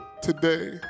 today